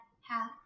half